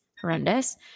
horrendous